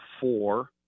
four